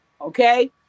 Okay